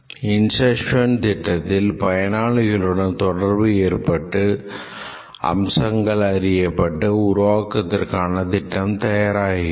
Inception திட்டத்தில் பயனாளிகளுடன் தொடர்பு ஏற்பட்டு அம்சங்கள் அறியப்பட்டு உருவாக்கத்திற்கான திட்டம் தயராகிறது